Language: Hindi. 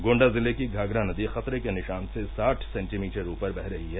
गोण्डा जिले की घाघरा नदी खतरे के निशान से साठ सेंटीमीटर ऊपर वह रही है